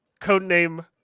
codename